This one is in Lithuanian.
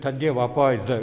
ta dievo apvaizda